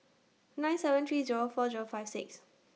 nine seven three Zero four Zero five six